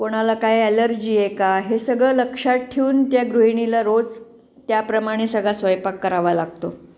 कोणाला काय ॲलर्जी आहे का हे सगळं लक्षात ठेवून त्या गृहिणीला रोज त्याप्रमाणे सगळा स्वयंपाक करावा लागतो